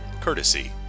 courtesy